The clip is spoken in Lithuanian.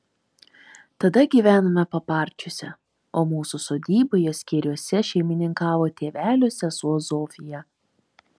tada gyvenome paparčiuose o mūsų sodyboje skėriuose šeimininkavo tėvelio sesuo zofija